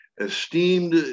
esteemed